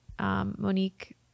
Monique